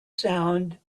sound